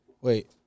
Wait